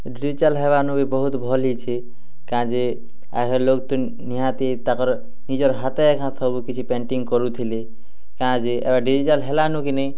digital ହେବାନୁ ବି ବହୁତ୍ ଭଲ୍ ହେଇଚେ କାଁଯେ ଆଘେ ଲୋକ୍ ତ ନିହାତି ତାକର୍ ନିଜର୍ ହାତେ ଏଖାଁ ସବୁ କିଛି ପେଣ୍ଟିଙ୍ଗ୍ କରୁଥିଲେ କାଁଯେ ଏବେ ଡିଜିଟାଲ୍ ହେଲାନୁ କି ନେଇଁ